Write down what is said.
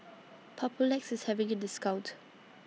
Papulex IS having A discount